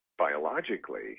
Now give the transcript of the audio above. biologically